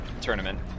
tournament